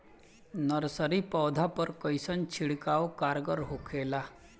Nursery पौधा पर कइसन छिड़काव कारगर होखेला?